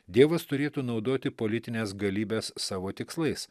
dievas turėtų naudoti politines galybes savo tikslais